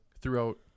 throughout